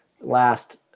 last